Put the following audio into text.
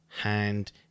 hand